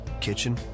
kitchen